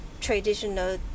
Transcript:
traditional